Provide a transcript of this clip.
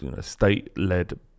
state-led